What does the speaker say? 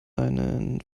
einen